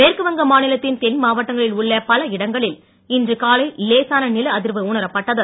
மேற்குவங்க மாநிலத்தின் தென் மாவட்டங்களில் உள்ள பல இடங்களில் இன்று காலை லேசான நில அதிர்வு உணரப்பட்டது